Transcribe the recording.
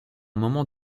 moment